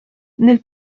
nel